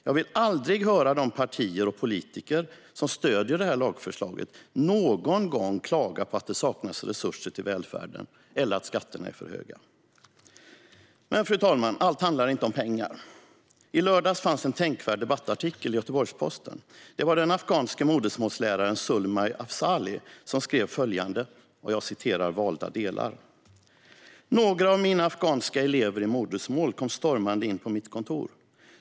Jag vill aldrig höra de partier och politiker som stöder lagförslaget någon gång klaga på att det saknas resurser till välfärden eller att skatterna är för höga. Men, fru talman, allt handlar inte om pengar. I lördags fanns det en tänkvärd debattartikel i Göteborgs-Posten. Det var den afghanske modersmålsläraren Zulmay Afzali som skrev följande, och jag citerar valda delar: "Några av mina afghanska elever i modersmål kom stormande in på mitt kontor.